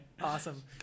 Awesome